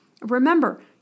Remember